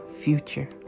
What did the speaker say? future